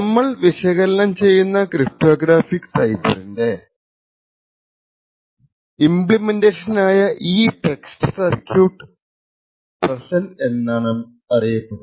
നമ്മൾ വിശകലനം ചെയ്യുന്ന ക്രിപ്റ്റോഗ്രാഫിക് സൈഫറിന്റെ ഇമ്പ്ലിമെൻറ്റേഷൻ ആയ ഈ ടെസ്റ്റ് സർക്യൂട്ട് പ്രസൻറ് എന്നാണറിയപെടുന്നത്